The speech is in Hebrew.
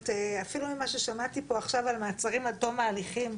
אפילו ממה ששמעתי פה עכשיו על מעצרים עד תום ההליכים,